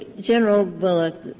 general bullock,